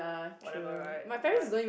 whatever right but